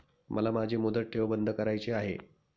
मला माझी मुदत ठेव बंद करायची आहे